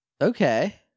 Okay